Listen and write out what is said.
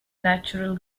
natural